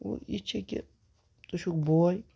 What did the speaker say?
وٕ یہِ چھِ کہِ ژٕ چھُکھ بوے